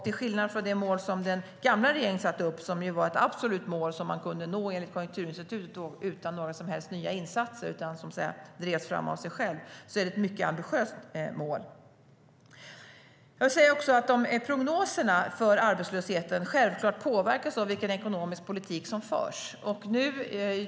Till skillnad från det mål som den gamla regeringen satte upp, som var ett absolut mål som man enligt Konjunkturinstitutet kunde nå utan några som helst nya insatser utan som drevs fram av sig själv, är det ett mycket ambitiöst mål. Prognoserna för arbetslösheten påverkas självklart av vilken ekonomisk politik som förs.